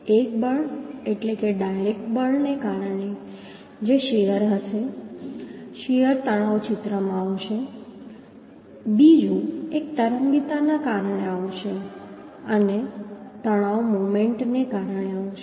એક બળ એટલે કે ડાયરેક્ટ બળ ને કારણે જે શીયર હશે શીયર તણાવ ચિત્રમાં આવશે બીજું એક તરંગીતાને કારણે આવશે અને તણાવ મોમેન્ટને કારણે આવશે